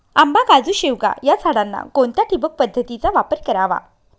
आंबा, काजू, शेवगा या झाडांना कोणत्या ठिबक पद्धतीचा वापर करावा?